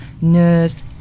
nerves